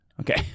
Okay